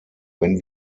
wenn